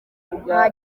nta